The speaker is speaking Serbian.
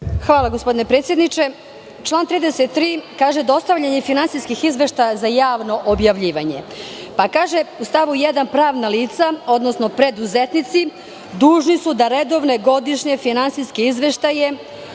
Hvala gospodine predsedniče. Član 33. kaže – dostavljanje finansijskih izveštaja za javno objavljivanje. U stavu 1. kaže – pravna lica, odnosno preduzetnici, dužni su da redovne godišnje finansijske izveštaje